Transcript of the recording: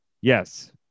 Yes